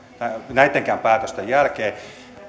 näittenkään päätösten jälkeen